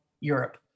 europe